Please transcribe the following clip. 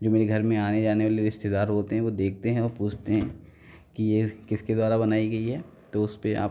जो मेरे घर में आने जाने वाले रिश्तेदार होते हैं वो देखते हैं और पूछते हैं कि ये किसके द्वारा बनाई गई है तो उसपे आप